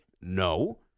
No